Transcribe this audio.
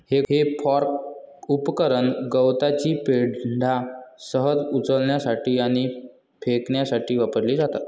हे फोर्क उपकरण गवताची पेंढा सहज उचलण्यासाठी आणि फेकण्यासाठी वापरली जातात